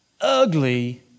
ugly